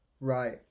Right